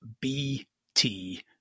BT